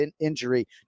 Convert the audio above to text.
injury